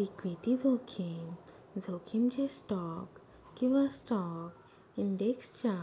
equity जोखीम, जोखीम जे स्टॉक किंवा स्टॉक इंडेक्सच्या